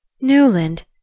Newland